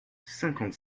cinquante